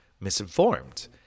misinformed